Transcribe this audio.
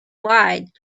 lied